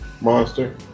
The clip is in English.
Monster